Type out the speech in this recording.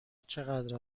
چقدر